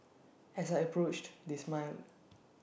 as I approached they smiled